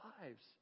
lives